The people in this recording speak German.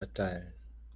erteilen